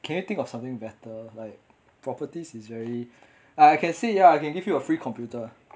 can you think of something better like properties is very I can say ya I can give you a free computer